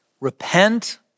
Repent